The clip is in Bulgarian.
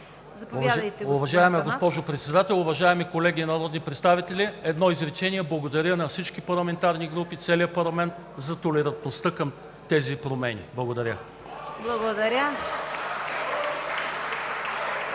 Уважаема госпожо Председател, уважаеми колеги народни представители! Едно изречение. Благодаря на всички парламентарни групи, на целия парламент за толерантността към тези промени. Благодаря.